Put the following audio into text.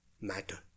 Matter